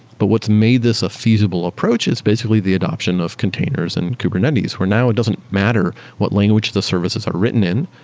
but what's made this a feasible approach is basically the adoption of containers and kubernetes, where now it doesn't matter what language the services are written in.